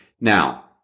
Now